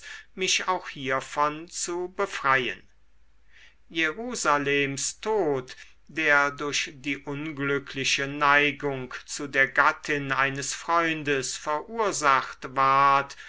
mich auch hiervon zu befreien jerusalems tod der durch die unglückliche neigung zu der gattin eines freundes verursacht ward